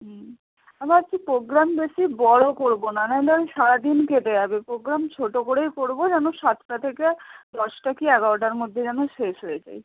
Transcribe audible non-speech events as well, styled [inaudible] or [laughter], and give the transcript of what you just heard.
হুম আমরা আর কি প্রোগ্রাম বেশি বড় করব না [unintelligible] সারাদিন কেটে যাবে প্রোগ্রাম ছোটো করেই করব যেন সাতটা থেকে দশটা কি এগারোটার মধ্যে যেন শেষ হয়ে যায়